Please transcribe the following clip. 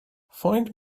find